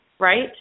right